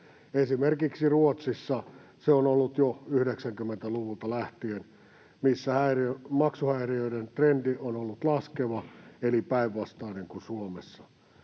Esimerkiksi Ruotsissa se on ollut jo 90-luvulta lähtien, ja siellä maksuhäiriöiden trendi on ollut laskeva eli päinvastainen kuin Suomessa.